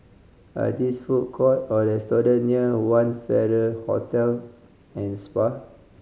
are these food court or restaurant near One Farrer Hotel and Spa